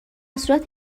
صورت